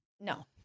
No